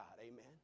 Amen